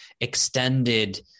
extended